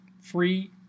Free